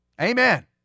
Amen